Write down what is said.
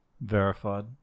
verified